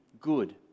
good